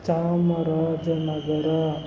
Chamarajanagar